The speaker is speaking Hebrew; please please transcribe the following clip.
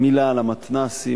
מלה על המתנ"סים.